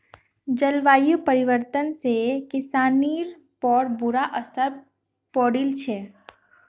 जलवायु परिवर्तन से किसानिर पर बुरा असर पौड़ील छे